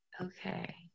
Okay